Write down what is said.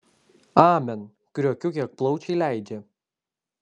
amen kriokiu kiek plaučiai leidžia